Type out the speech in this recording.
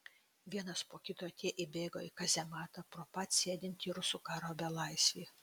vienas po kito tie įbėgo į kazematą pro pat sėdintį rusų karo belaisvį